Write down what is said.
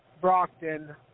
Brockton